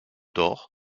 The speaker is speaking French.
d’or